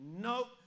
nope